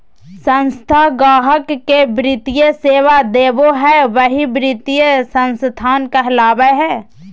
संस्था गाहक़ के वित्तीय सेवा देबो हय वही वित्तीय संस्थान कहलावय हय